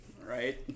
Right